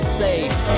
safe